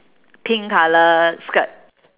pink colour skirt